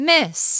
Miss